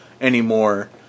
anymore